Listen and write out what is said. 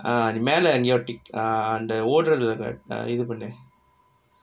ah நீ மேல நீ:nee mela nee err அந்த ஓடுரது இது பண்ணு:antha odurathu ithu pannu